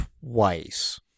twice